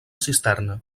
cisterna